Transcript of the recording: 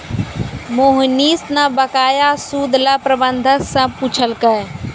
मोहनीश न बकाया सूद ल प्रबंधक स पूछलकै